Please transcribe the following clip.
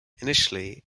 initially